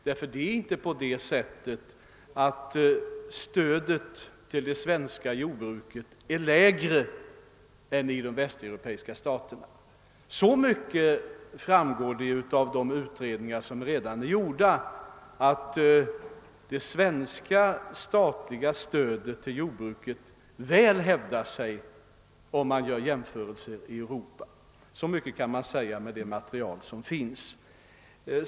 Det är nämligen inte på det sättet att stödet till det svenska jordbruket är lägre än stödet till jordbrukarna i de västeuropeiska staterna. Så mycket framgår av de utredningar som redan är gjorda att det svenska statliga stödet till jordbruket väl hävdar sig om man gör jämförelser med andra länder i Europa. Så mycket kan jag säga med det material som föreligger.